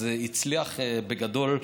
וזה הצליח בגדול,